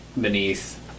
beneath